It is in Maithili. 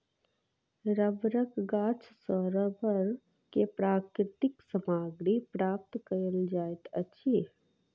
रबड़क गाछ सॅ रबड़ के प्राकृतिक सामग्री प्राप्त कयल जाइत अछि